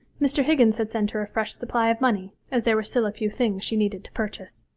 mr. higgins had sent her a fresh supply of money, as there were still a few things she needed to purchase.